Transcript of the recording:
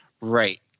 Right